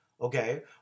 Okay